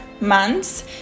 months